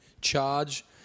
charge